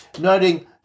noting